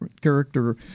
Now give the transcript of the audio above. character